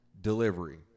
delivery